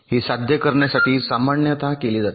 हे साध्य करण्यासाठी सामान्यतः केले जाते